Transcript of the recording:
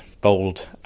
bold